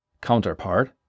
counterpart